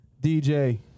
DJ